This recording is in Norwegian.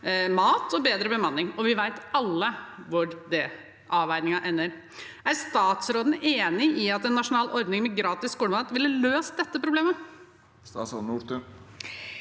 mat og bedre bemanning, og vi vet alle hvor den avveiningen ender. Er statsråden enig i at en nasjonal ordning med gratis skolemat ville ha løst dette problemet? Statsråd Kari